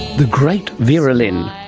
the great vera lynn.